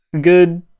good